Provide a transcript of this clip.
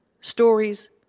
stories